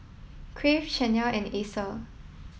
crave Chanel and Acer